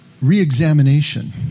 re-examination